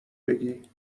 بگی